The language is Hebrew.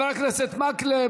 חבר הכנסת מקלב,